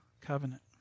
Covenant